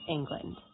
England